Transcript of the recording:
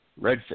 redfish